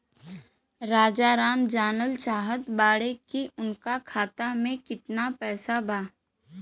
राजाराम जानल चाहत बड़े की उनका खाता में कितना पैसा बा?